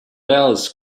else